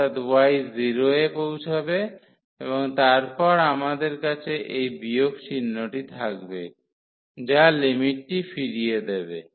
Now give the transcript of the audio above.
অর্থাৎ y 0 এ পৌঁছাবে এবং তারপরে আমাদের কাছে এই বিয়োগ চিহ্নটি থাকবে যা লিমিটটি ফিরিয়ে দেবে